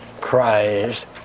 Christ